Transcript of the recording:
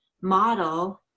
model